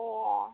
ए